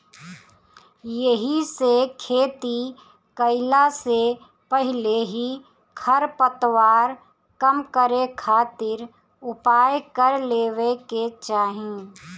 एहिसे खेती कईला से पहिले ही खरपतवार कम करे खातिर उपाय कर लेवे के चाही